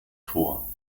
thor